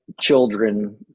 children